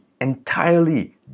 entirely